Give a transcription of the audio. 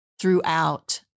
throughout